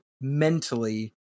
mentally